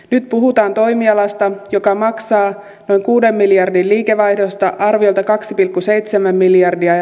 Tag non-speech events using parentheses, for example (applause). (unintelligible) nyt puhutaan toimialasta joka maksaa noin kuuden miljardin liikevaihdosta arviolta kaksi pilkku seitsemän miljardia (unintelligible)